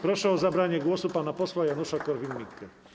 Proszę o zabranie głosu pana posła Janusza Korwin-Mikkego.